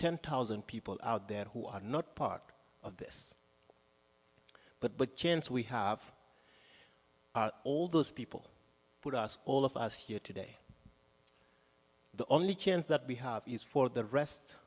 ten thousand people out there who are not part of this but but chance we have all those people put us all of us here today the only chance that we have is for the rest